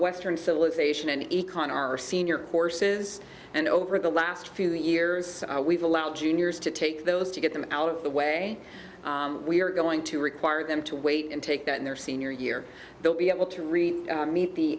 western civilization and econ our senior courses and over the last few years we've allowed juniors to take those to get them out of the way we are going to require them to wait and take that in their senior year they'll be able to read